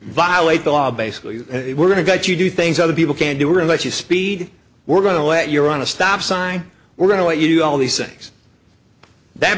violate the law basically we're going to got you do things other people can't do or unless you speed we're going to let you're on a stop sign we're going to let you do all these things that